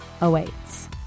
awaits